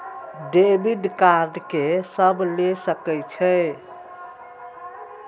Debit card के सब ले सके छै?